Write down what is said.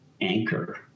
anchor